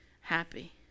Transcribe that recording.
happy